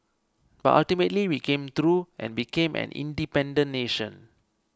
but ultimately we came through and became an independent nation